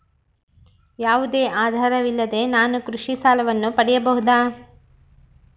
ಯಾವುದೇ ಆಧಾರವಿಲ್ಲದೆ ನಾನು ಕೃಷಿ ಸಾಲವನ್ನು ಪಡೆಯಬಹುದಾ?